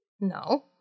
No